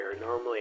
Normally